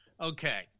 Okay